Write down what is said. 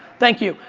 thank you.